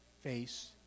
face